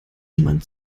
jemand